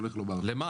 לשם מה?